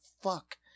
fuck